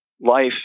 Life